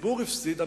הציבור הפסיד,